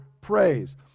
praise